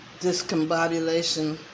discombobulation